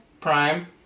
Prime